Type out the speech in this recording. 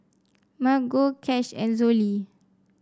Margo Cash and Zollie